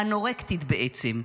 אנורקטית בעצם,